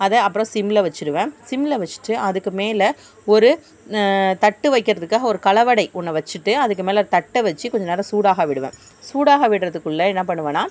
அதை அப்புறம் சிம்மில் வச்சுடுவேன் சிம்மில் வச்சுட்டு அதுக்கு மேல் ஒரு தட்டு வைக்கிறதுக்காக ஒரு கலவடை ஒன்றை வச்சுட்டு அதுக்கு மேல் தட்டை வச்சு கொஞ்சம் நேரம் சூடாக விடுவேன் சூடாக விடுறதுக்குள்ள என்ன பண்ணுவேன்னால்